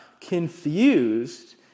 confused